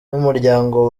n’umuryango